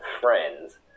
friends